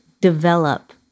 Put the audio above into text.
develop